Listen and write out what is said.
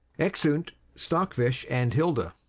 exeunt stockfish and hilda